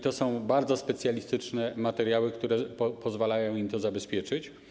To są bardzo specjalistyczne materiały, które pozwalają im to zabezpieczyć.